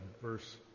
verse